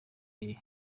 hehe